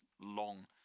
long